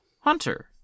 Hunter